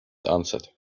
answered